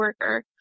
worker